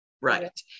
Right